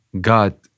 God